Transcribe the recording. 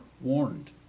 warned